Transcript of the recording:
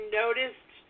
noticed